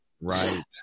right